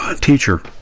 teacher